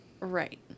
Right